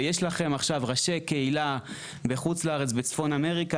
ויש לכם עכשיו ראשי קהילה בחוץ לארץ בצפון אמריקה,